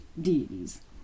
deities